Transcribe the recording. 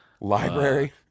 Library